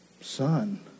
son